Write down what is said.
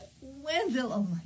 Wendell